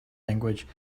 language